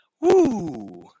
Woo